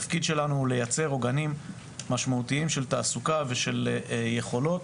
שהתפקיד שלנו הוא לייצר עוגנים משמעותיים של תעסוקה ושל יכולות